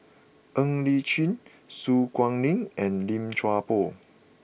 Ng Li Chin Su Guaning and Lim Chuan Poh